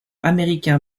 américain